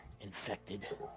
infected